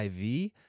IV –